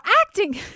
acting